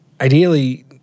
ideally